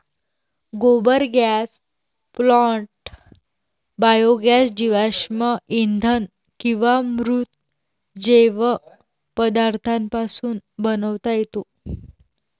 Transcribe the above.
गोबर gas plant biogas जीवाश्म इंधन किंवा मृत जैव पदार्थांपासून बनवता येतो